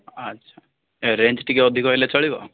ଆଚ୍ଛା ରେଞ୍ଜ୍ ଟିକେ ଅଧିକ ହେଲେ ଚଳିବ